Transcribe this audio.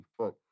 fuck